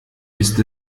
ist